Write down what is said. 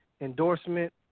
endorsement